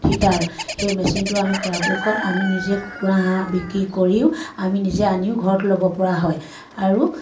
heater সেই মেচিনটো আমি পৰাপক্ষত আমি নিজে কুকুৰা হাঁহ বিক্ৰী কৰিও আমি নিজে আনিও ঘৰত ল'ব পৰা হয় আৰু